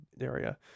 area